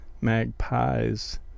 magpies